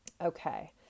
Okay